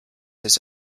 his